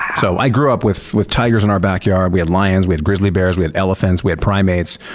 so i grew up with with tigers in our backyard. we had lions, we had grizzly bears, we had elephants, we had primates.